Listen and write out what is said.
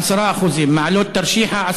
10%; מעלות תרשיחא,